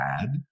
bad